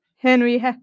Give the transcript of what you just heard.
Henry